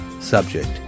subject